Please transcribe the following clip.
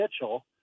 Mitchell